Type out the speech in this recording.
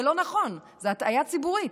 זה לא נכון, זו הטעיה ציבורית.